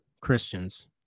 Christians